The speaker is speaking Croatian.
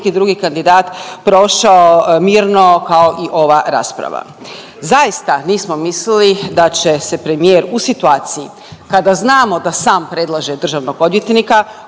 drugi kandidat prošao mirno kao i ova rasprava. Zaista nismo mislili da će se premijer u situaciji kada znamo da sam predlaže državnog odvjetnika